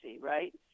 right